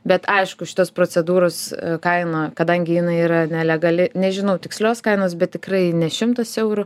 bet aišku šitos procedūros kaina kadangi jinai yra nelegali nežinau tikslios kainos bet tikrai ne šimtas eurų